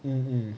mm